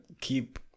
keep